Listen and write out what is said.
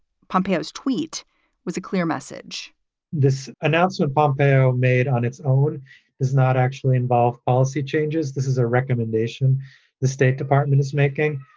pumphouse tweet was a clear message this announcement bob baer made on its own does not actually involve policy changes. this is a recommendation the state department is making,